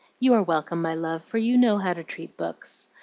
you are welcome, my love, for you know how to treat books.